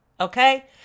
Okay